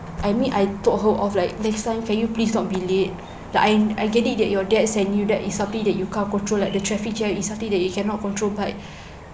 I mean I told her off like next time can you please not be late like I I get it that your dad send you that is something that you can't control like the traffic jam is something that you cannot control but